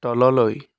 তললৈ